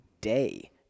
day